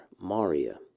maria